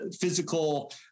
physical